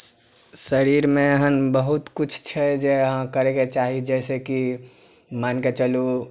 शरीरमे एहन बहुत किछु छै जे अहाँ करयके चाही जैसे कि मानिके चलू